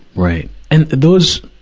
right. and those,